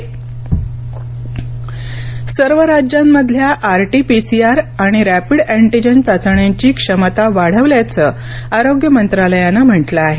आरोग्य मंत्रालय सर्व राज्यांमधल्या R T P C R आणि रॅपिड अँटिजेन चाचण्यांची क्षमता वाढवल्याचं आरोग्य मंत्रालयानं म्हटलं आहे